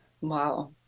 Wow